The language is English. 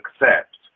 accept